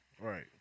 Right